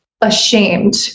ashamed